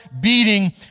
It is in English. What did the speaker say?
beating